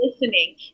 listening